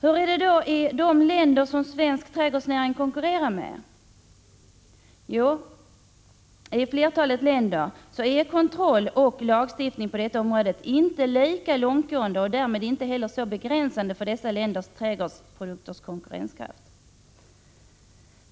Hur är det då i de länder som svensk trädgårdsnäring konkurrerar med? I flertalet länder är kontroll och lagstiftning på detta område inte lika långtgående och därmed inte heller så begränsande för ländernas trädgårdsprodukters konkurrenskraft.